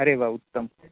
अरे व्वा उत्तम